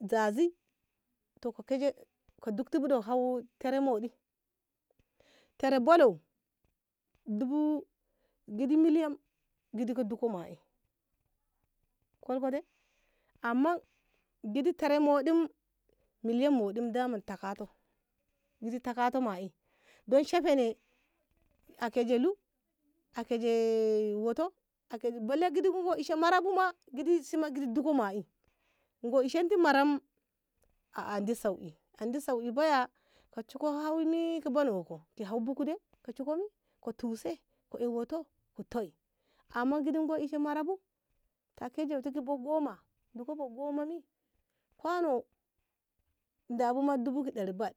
zaze to ka dukti oh eh tare muɗi tare ballau dubu gidi miliyan gidi ki dukku ma'i kulko de amman gidi tare moɗi miliyan moɗi daman takato muzi takato dan shafene ajelu akeje wato balle gidi bar ishe mara buma gidi gidi sama'i go ishenta mara a andi sauki andi sauki baya ka cika haimi ki benenko ki hau buhu de koci kole koci kole ka tuse ka ae wato ku tei amman gidi ki eyshe mara bu take bautetu dubu gomma diko bo goma mi kwano dabu ma dubu ka dari bad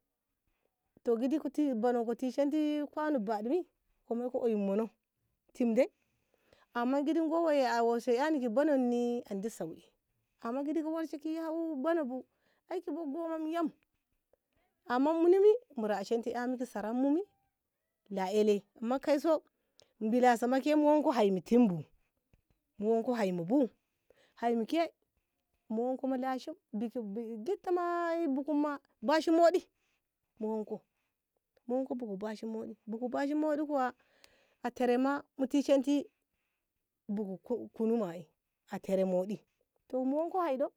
to gitimanu ku tishenko kwano bab yi ka moiko oyum mono tim de amman gidi goya awarsheni bunen ni andi sauki amman gidi ka warshe ki hau buno bu ae ki gomma ki yam amman nino bi na rashen ti ka sara mu bi na elle munkaiso bila salake muande hai bu hai mi ke mu wanko ki lashim biki gid tama bashi moɗi mu wankau bashi muɗi buhu bashi wudi kuwa a tare ma mu tishanku buhu kunu kuwa a tare moɗi to mu wanko hai ɗo